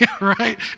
right